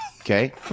Okay